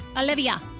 Olivia